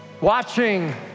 Watching